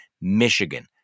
Michigan